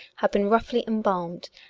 had been roughly embalmed,